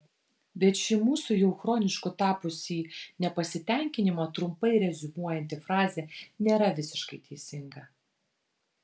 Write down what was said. bet ši mūsų jau chronišku tapusį nepasitenkinimą trumpai reziumuojanti frazė nėra visiškai teisinga